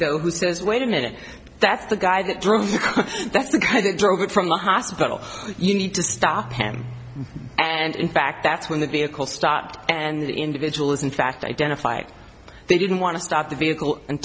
though who says wait a minute that's the guy that drew and that's the guy that drove it from the hospital you need to stop him and in fact that's when the vehicle stopped and that individual is in fact identified they didn't want to stop the vehicle and